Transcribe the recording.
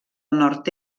nord